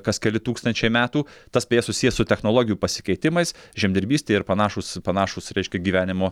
kas keli tūkstančiai metų tas beje susiję su technologijų pasikeitimais žemdirbystė ir panašūs panašūs reiškia gyvenimo